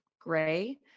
gray